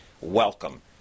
Welcome